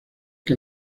que